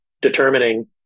determining